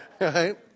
Right